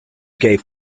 gave